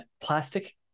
plastic